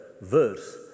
verse